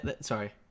sorry